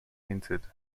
hinted